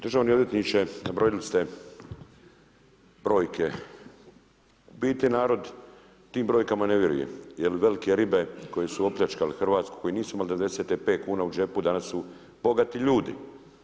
Državni odvjetniče, nabrojali ste brojke, u biti narod tim brojkama ne vjeruje jer velike ribe koje su opljačkale Hrvatsku, koje nisu imali '90. 5 kuna u džepu, danas su bogati ljudi.